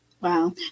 Wow